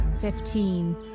Fifteen